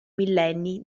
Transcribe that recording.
millenni